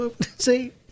See